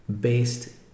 based